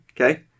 okay